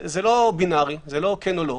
זה לא בינארי, זה לא כן או לא,